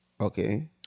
Okay